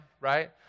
right